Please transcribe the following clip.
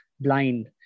blind